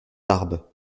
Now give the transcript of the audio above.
tarbes